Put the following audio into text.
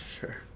sure